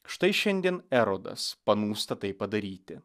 štai šiandien erodas panūsta tai padaryti